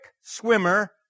swimmer